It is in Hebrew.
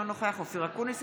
אינו נוכח אופיר אקוניס,